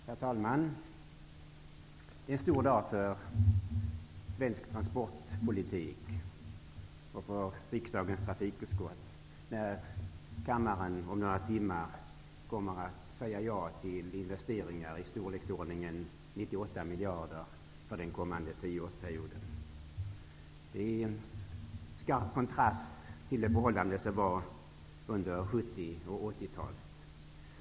Herr talman! Det kommer att bli en stor dag för svensk transportpolitik och för riksdagens trafikutskott, när kammaren om några timmar kommer att säga ja till investeringar i storleksordningen 98 miljarder för den kommande tioårsperioden. Detta står i skarp kontrast till det förhållande som var under 70 och 80-talet.